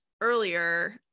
earlier